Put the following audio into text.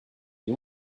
you